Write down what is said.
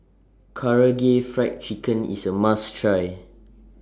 Karaage Fried Chicken IS A must Try